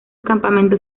campamentos